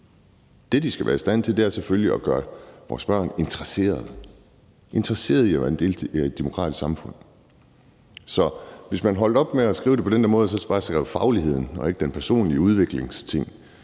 Det, de skal være i stand til, er selvfølgelig at gøre vores børn interesserede – interesserede i at være en deltager i et demokratisk samfund. Så hvis man holdt op med at skrive det på den der måde og så bare skrev fagligheden og ikke tingen med den personlige udvikling,